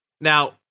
Now